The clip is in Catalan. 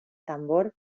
tambor